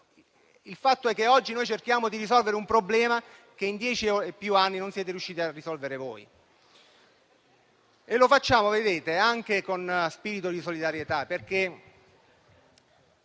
il fatto è che oggi noi cerchiamo di risolvere un problema che in più di dieci anni non siete riusciti a risolvere. Lo facciamo anche con spirito di solidarietà,